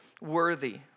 worthy